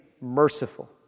merciful